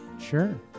Sure